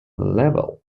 level